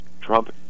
Trump